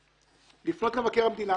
לפנות למבקר המדינה